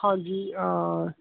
ਹਾਂਜੀ